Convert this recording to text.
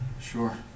Sure